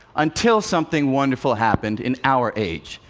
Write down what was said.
until something wonderful happened in our age.